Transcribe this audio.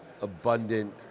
abundant